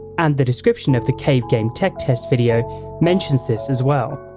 and the description of the cave game tech test video mentions this as well.